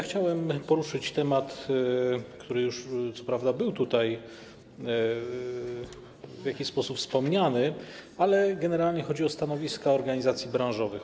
Chciałem poruszyć temat, który już co prawda był tutaj w jakiś sposób wspomniany, ale generalnie chodzi o stanowiska organizacji branżowych.